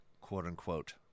quote-unquote